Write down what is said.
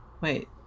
wait